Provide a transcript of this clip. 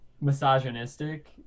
misogynistic